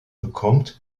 bekommt